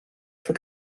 for